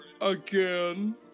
Again